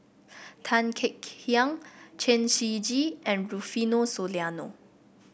Tan Kek Hiang Chen Shiji and Rufino Soliano